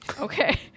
Okay